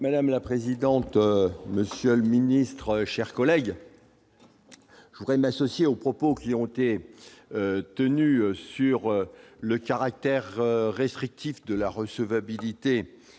Madame la présidente, monsieur le secrétaire d'État, chers collègues, je voudrais m'associer aux propos qui ont été tenus sur les critères restrictifs de recevabilité